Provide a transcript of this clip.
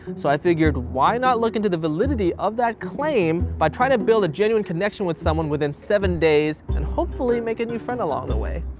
so i figured why not look into the validity of that claim by trying to build a genuine connection with someone within seven days, and hopefully make a new friend along the way.